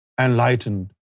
enlightened